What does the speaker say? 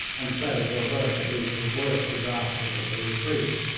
and so to avert at least the worst disasters of the retreat.